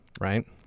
Right